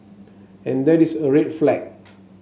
and that is a red flag